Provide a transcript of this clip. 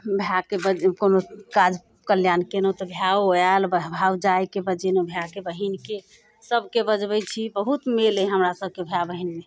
भायके बज कोनो काज कल्याण कयलहुँ तऽ भाय ओ आयल भाय भौजाइके बजेलहुँ भायके बहिनके सभकेँ बजबैत छी बहुत मेल अइ हमरा सभकेँ भाय बहिनमे